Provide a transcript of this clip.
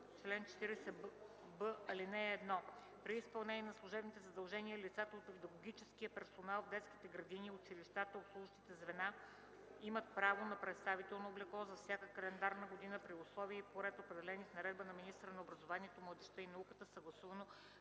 чл. 40б: „Чл. 40б. (1) При изпълнение на служебните задължения лицата от педагогическия персонал в детските градини, училищата и обслужващите звена имат право на представително облекло за всяка календарна година при условия и по ред, определени в наредба на министъра на образованието, младежта и науката, съгласувано